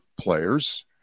players